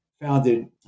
Founded